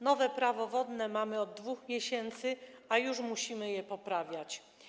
Nowe Prawo wodne mamy od 2 miesięcy, a już musimy je poprawiać.